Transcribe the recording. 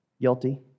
Guilty